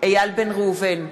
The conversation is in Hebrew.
איל בן ראובן,